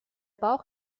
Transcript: bauch